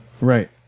right